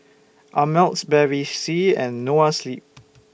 Ameltz Bevy C and Noa Sleep